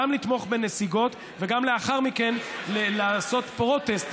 גם לתמוך בנסיגות וגם לאחר מכן לעשות protest,